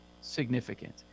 significant